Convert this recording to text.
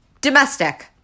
domestic